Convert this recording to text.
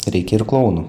reikia ir klounų